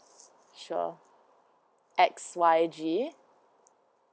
sure X Y G